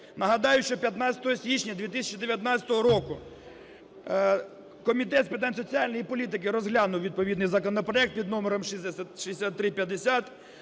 Нагадаю, що 15 січня 2019 року Комітет з питань соціальної політики розглянув відповідний законопроект під номером 6350.